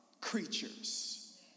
creatures